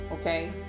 Okay